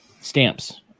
Stamps